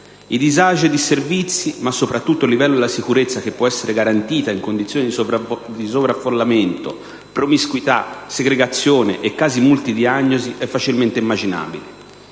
I disagi e i disservizi, ma soprattutto il livello della sicurezza che può essere garantita in condizioni di sovraffollamento, promiscuità, segregazione e casi multidiagnosi, sono facilmente immaginabili.